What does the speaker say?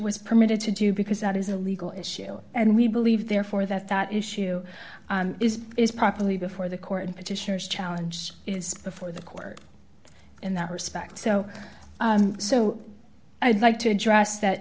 was permitted to do because that is a legal issue and we believe therefore that that issue is properly before the court and petitioners challenge is before the court in that respect so so i'd like to address that